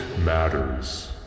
Matters